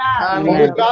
Amen